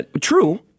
True